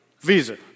visa